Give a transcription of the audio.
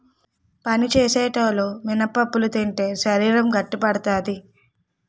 పని సేసేటోలు మినపప్పులు తింటే శరీరం గట్టిపడతాది